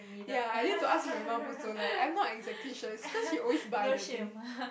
ya I need to ask my mum also leh I'm not exactly sure is cause she always buy the thing